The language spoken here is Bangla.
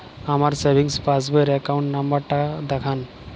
আমার সেভিংস পাসবই র অ্যাকাউন্ট নাম্বার টা দেখান?